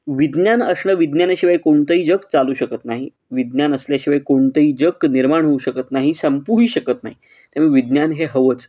विज्ञान असणं विज्ञानाशिवाय कोणतंही जग चालू शकत नाही विज्ञान असल्याशिवाय कोणतंही जग निर्माण होऊ शकत नाही संपूही शकत नाही त्यामुळे विज्ञान हे हवंच